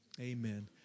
Amen